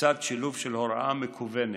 לצד שילוב של הוראה מקוונת,